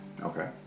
Okay